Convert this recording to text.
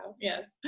yes